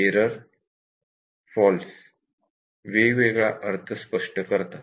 error faults वेगवेगळा अर्थ स्पष्ट करतात